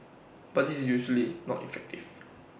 but this is usually not effective